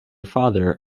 father